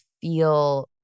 feel